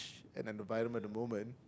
an environment at the moment